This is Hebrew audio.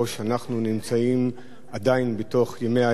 אנחנו נמצאים עדיין בתוך ימי האבל,